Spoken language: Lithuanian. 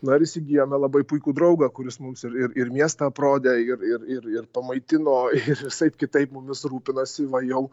na ir įsigijome labai puikų draugą kuris mums ir ir ir miestą aprodė ir ir ir ir pamaitino visaip kitaip mumis rūpinasi va jau